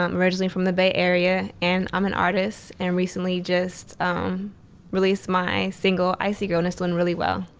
um originally from the bay area. and i'm an artist and recently just released my single, icy grl, and it's doing really well.